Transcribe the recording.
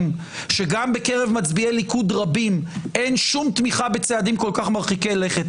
שגם בקרב מצביעי ליכוד רבים אין שום תמיכה בצעדים כל כך מרחיקי לכת,